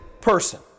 person